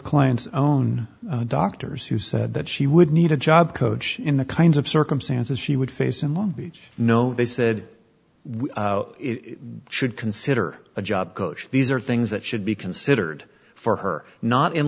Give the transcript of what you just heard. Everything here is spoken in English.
clients own doctors who said that she would need a job coach in the kinds of circumstances she would face in long beach no they said we should consider a job these are things that should be considered for her not in